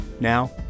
Now